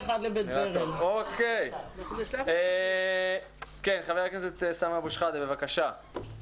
חבר הכנסת סמי אבו שחאדה, בבקשה.